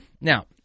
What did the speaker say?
Now